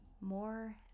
more